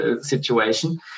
situation